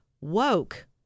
woke